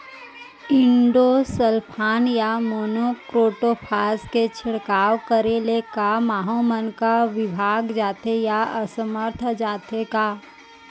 Endosulfan या monocrotophos के छिड़काव करे ले क माहो मन का विभाग जाथे या असमर्थ जाथे का?